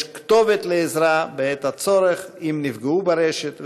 כתובת לעזרה בעת הצורך אם נפגעו ברשת,